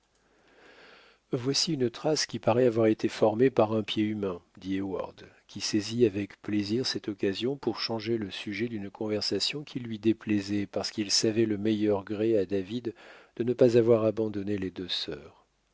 voici une trace qui paraît avoir été formée par un pied humain dit heyward qui saisit avec plaisir cette occasion pour changer le sujet d'une conversation qui lui déplaisait parce qu'il savait le meilleur gré à david de ne pas avoir abandonné les deux sœurs